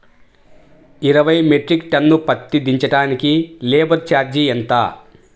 ఇరవై metric tonne పత్తి దించటానికి లేబర్ ఛార్జీ ఎంత?